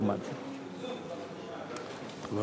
לעומת זאת.